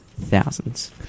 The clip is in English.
thousands